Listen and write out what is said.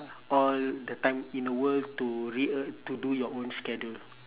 all the time in the world to rea~ to do your own schedule